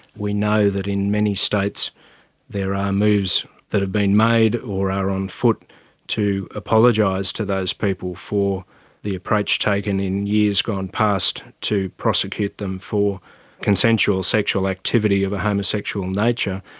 we know that in many states there are moves that have been made or are on foot to apologise to those people for the approach taken in years gone past to prosecute them for consensual sexual activity of a homosexual nature,